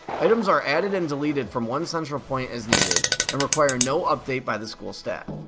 items are added and deleted from one central point as needed and require no update by the school staff.